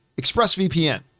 ExpressVPN